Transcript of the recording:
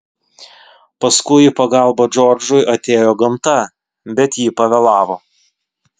paskui į pagalbą džordžui atėjo gamta bet ji pavėlavo